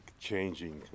changing